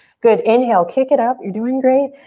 good, inhale, kick it up. you're doing great.